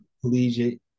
collegiate